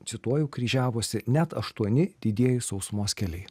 cituoju kryžiavosi net aštuoni didieji sausumos keliai